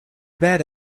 bed